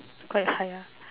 quite high ah